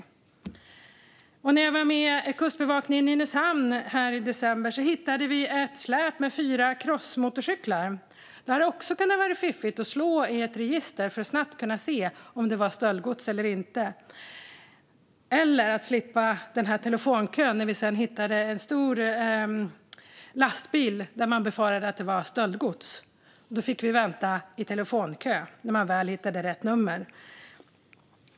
När jag i december var med Kustbevakningen i Nynäshamn hittade vi ett släp med fyra crossmotorcyklar. Det hade varit fiffigt om man då kunnat slå i ett register för att snabbt se om det var stöldgods eller inte. Det hade också varit bra att slippa telefonkön när vi hittade en stor lastbil som befarades innehålla stöldgods. När vi väl hittat rätt nummer fick vi vänta i telefonkö.